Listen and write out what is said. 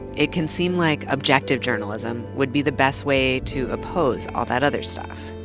it can seem like objective journalism would be the best way to oppose all that other stuff.